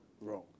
wrong